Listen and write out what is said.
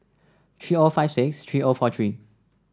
three O five six three O four three